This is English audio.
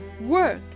work